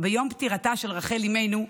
ביום פטירתה של רחל אמנו,